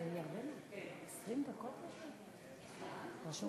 20